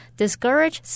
discourage